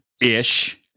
ish